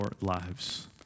lives